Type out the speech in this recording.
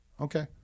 Okay